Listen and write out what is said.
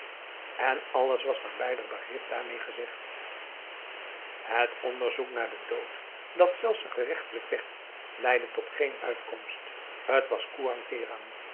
en alles was naar beider begrip daarmee gezegd het onderzoek naar den dood dat zelfs een gerechtelijk werd leidde tot geen uitkomst t was